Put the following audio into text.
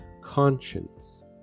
conscience